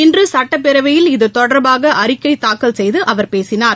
இன்றுசட்டப்பேரவையில் இது தொடர்பாகஅறிக்கைதாக்கல் செய்துஅவர் பேசினார்